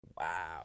Wow